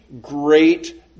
great